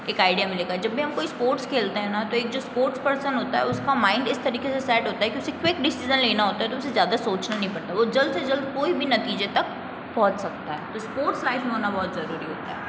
एक आइडिया मिलेगा जब भी हम कोई स्पोर्ट्स खेलते हैं न तो एक जो स्पोर्ट्स पर्सन होता है उसका माइंड इस तरीके से सेट होते है कि उसे क्विक डिसिज़न लेना होता है तो उसे ज़्यादा सोचना नहीं पड़ता है वो जल्द से जल्द कोई भी नतीजे तक पहुँच सकता है तो स्पोर्ट्स लाइफ़ में होना बहुत ज़रूरी होता है